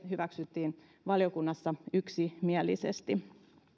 hyväksyttiin valiokunnassa yksimielisesti